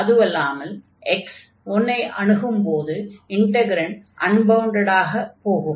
அதுவல்லாமல் x 1 ஐ அணுகும்போது integrand அன்பவுண்டடாக போகும்